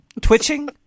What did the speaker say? twitching